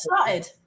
started